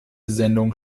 sendung